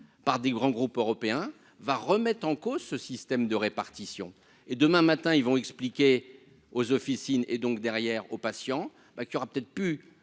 par des grands groupes européens va remettre en cause ce système de répartition et demain matin, ils vont expliquer aux officines et donc derrière aux patients ben qu'y aura peut-être plus